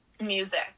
music